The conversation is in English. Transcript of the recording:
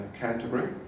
Canterbury